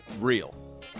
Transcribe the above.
real